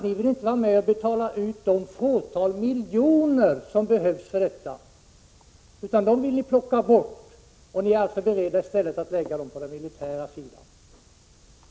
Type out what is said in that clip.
Ni vill juinte vara med och betala de fåtal miljoner som behövs för detta. Dem vill ni plocka bort, och ni är beredda att i stället lägga dem på den militära sidan.